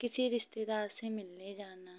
किसी रिश्तेदार से मिलने जाना